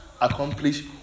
accomplish